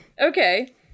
Okay